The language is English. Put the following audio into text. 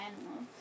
animals